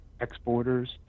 exporters